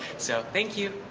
so thank you,